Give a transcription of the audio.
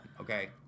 Okay